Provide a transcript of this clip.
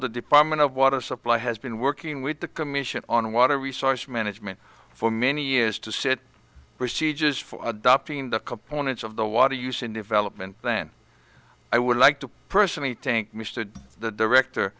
the department of water supply has been working with the commission on water resource management for many years to sit procedures for adopting the components of the water use in development then i would like to personally thank mr the director